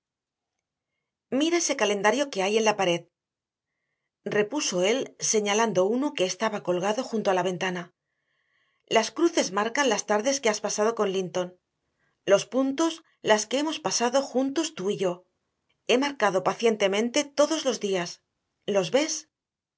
mira ese calendario que hay en la pared repuso él señalando uno que estaba colgando junto a la ventana las cruces marcan las tardes que has pasado con linton los puntos las que hemos pasado juntos tú y yo he marcado pacientemente todos los días los ves